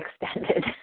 extended